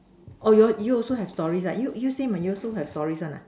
oh your you also have stories ah you you same ah you also have stories one ah